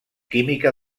química